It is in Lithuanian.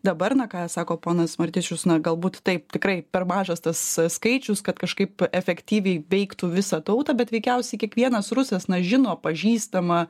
dabar na ką sako ponas martišius na galbūt taip tikrai per mažas tas skaičius kad kažkaip efektyviai veiktų visą tautą bet veikiausiai kiekvienas rusas na žino pažįstamą